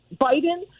Biden